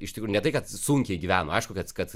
iš tikrųjų ne tai kad sunkiai gyveno aišku kad kad